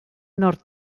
nord